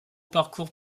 parcours